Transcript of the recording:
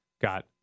got